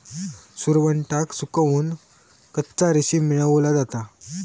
सुरवंटाक सुकवन कच्चा रेशीम मेळवला जाता